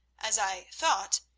as i thought,